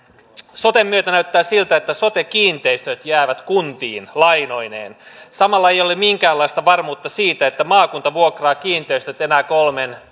soten myötä näyttää siltä että sote kiinteistöt jäävät kuntiin lainoineen samalla ei ole minkäänlaista varmuutta siitä että maakunta vuokraa kiinteistöt enää kolmen